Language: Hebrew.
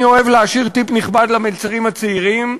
אני אוהב להשאיר טיפ נכבד למלצרים הצעירים,